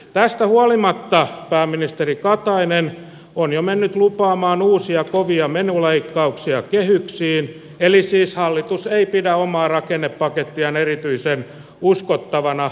tästä huolimatta pääministeri katainen on jo mennyt lupaamaan uusia kovia menoleikkauksia kehyksiin eli siis hallitus ei pidä omaa rakennepakettiaan erityisen uskottavana